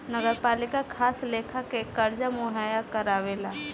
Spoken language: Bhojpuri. नगरपालिका खास लेखा के कर्जा मुहैया करावेला